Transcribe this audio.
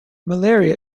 malaria